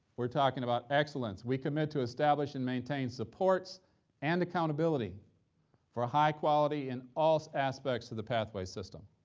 we're talking about excellence. we commit to establish and maintain supports and accountability for high quality in all aspects of the pathways system.